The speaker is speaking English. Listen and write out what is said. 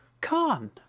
Khan